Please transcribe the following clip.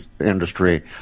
industry